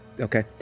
okay